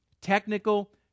technical